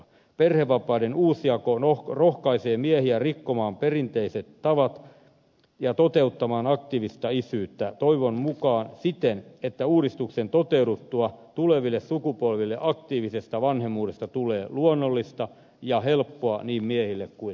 perhevapaiden uusjako rohkaisee miehiä rikkomaan perinteiset tavat ja toteuttamaan aktiivista isyyttä toivon mukaan siten että uudistuksen toteuduttua tuleville sukupolville aktiivisesta vanhemmuudesta tulee luonnollista ja helppoa niin miehille kuin naisillekin